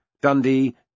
Dundee